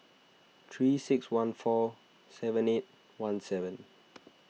three six one four seven eight one seven